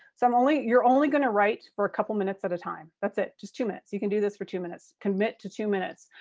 so you're only going to write for a couple minutes at a time. that's it. just two minutes. you can do this for two minutes. commit to two minutes.